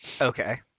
Okay